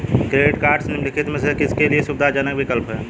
Credit cards निम्नलिखित में से किसके लिए सुविधाजनक विकल्प हैं?